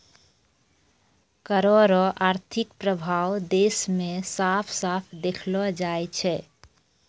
कर रो आर्थिक प्रभाब देस मे साफ साफ देखलो जाय छै